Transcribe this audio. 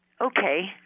Okay